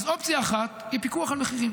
אופציה אחת היא פיקוח על מחירים,